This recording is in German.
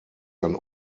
ein